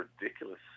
ridiculous